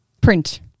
print